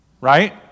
right